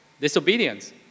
disobedience